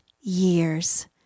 years